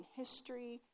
history